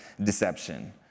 deception